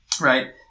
right